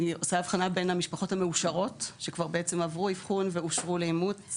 אני עושה הבחנה בין המשפחות המאושרות שכבר עברו אבחון ואושרו לאימוץ